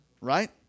right